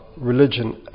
religion